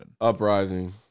Uprising